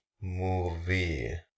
movie